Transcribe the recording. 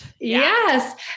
Yes